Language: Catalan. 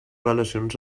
relacions